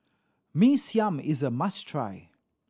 Mee Siam is a must try